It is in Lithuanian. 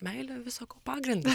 meilė visa ko pagrindas